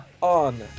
on